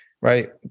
right